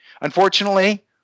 unfortunately